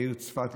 העיר צפת,